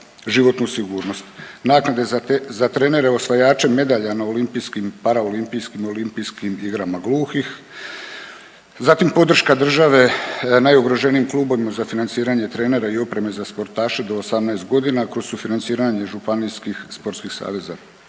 Naknade za trenere osvajače medalja na olimpijskim i paraolimpijskim igrama gluhih, zatim podrška države najugroženijim klubovima za financiranje trenera i opreme za sportaše do 18 godina kroz sufinanciranje županijskih sportskih saveza.